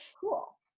cool